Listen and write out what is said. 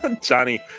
Johnny